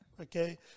Okay